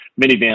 minivan